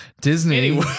Disney